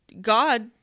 God